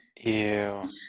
Ew